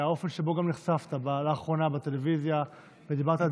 והאופן שבו גם נחשפת לאחרונה בטלוויזיה ודיברת על